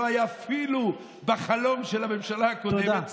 לא היה אפילו בחלום של הממשלה הקודמת,